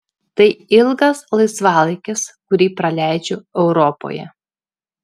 tai ilgas laisvalaikis kurį praleidžiu europoje